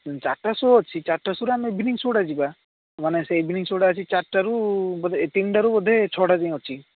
ଚାରିଟା ସୋ ଅଛି ଚାରିଟା ସୋରୁ ଆମେ ଇଭିନିଂ ସୋଟା ଯିବା ମାନେ ସେ ଇଭିନିଂ ସୋଟା ଅଛି ଚାରିଟାରୁ ବୋଧେ ଏ ତିନିଟାରୁ ବୋଧେ ଛଅଟା ଯାଏଁ ଅଛି